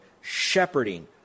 shepherding